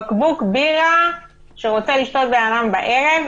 בקבוק בירה שרוצה לשתות אדם בערב,